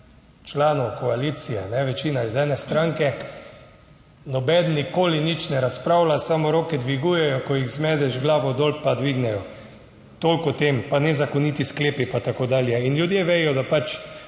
članov koalicije, večina iz ene stranke, nobeden nikoli nič ne razpravlja, samo roke dvigujejo, ko jih zmedeš, glavo dol, pa dvignejo. Toliko o tem, pa nezakoniti sklepi, pa tako dalje. In ljudje vedo, da pač